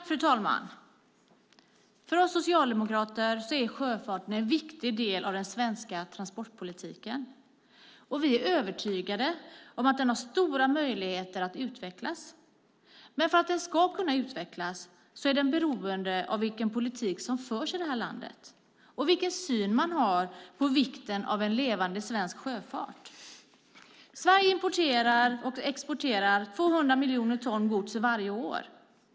Fru talman! För oss socialdemokrater är sjöfarten en viktig del av den svenska transportpolitiken. Vi är övertygade om att den har stora möjligheter att utvecklas. Men för att den ska kunna utvecklas är den beroende av vilken politik som förs i det här landet och vilken syn man har på vikten av en levande svensk sjöfart. Sverige importerar och exporterar 200 miljoner ton gods varje år.